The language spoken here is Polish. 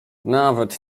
nawet